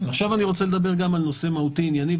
אני רוצה לדבר על עוד נושא מהותי ענייני,